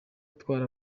itwara